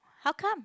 how come